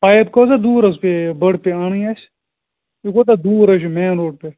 pipe کۭژاہ دوٗر حظ پے بٔڈ پے اَنٕنۍ اَسہِ یہِ کوٗتاہ دوٗر حظ چھُ مین روڈ پٮ۪ٹھ